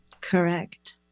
Correct